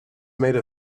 made